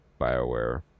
BioWare